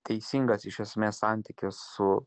teisingas iš esmės santykis su